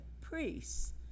priests